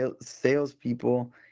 salespeople